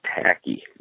tacky